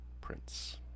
prince